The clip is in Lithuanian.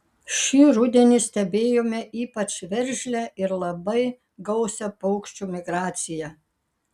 šį rudenį stebėjome ypač veržlią ir labai gausią paukščių migraciją